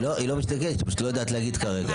היא לא יודעת להגיד כרגע.